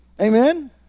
Amen